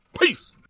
Peace